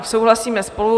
Souhlasíme spolu.